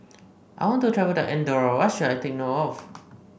I want to travel to Andorra what should I take note of